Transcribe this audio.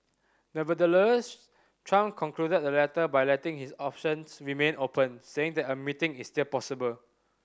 Nevertheless Trump concluded the letter by letting his options remain open saying that a meeting is still possible